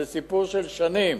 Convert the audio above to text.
זה סיפור של שנים,